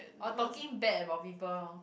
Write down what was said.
oh talking bad about people lor